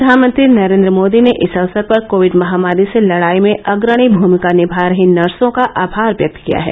प्रधानमंत्री नरेन्द्र मोदी ने इस अवसर पर कोविड महामारी से लडाई में अग्रणी भूमिका निमा रही नर्सों का आभार व्यक्त किया है